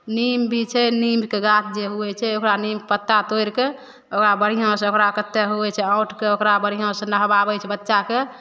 नीम भी छै नीमके गाछ जे हुवै छै ओकरा नीम पत्ता तोड़िके ओकरा बढ़िआँसँ ओकरा कते हुवै छै औंटके ओकरा बढ़िआँसँ नहबाबय छै बच्चाके